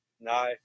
No